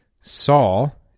Saul